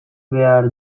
behar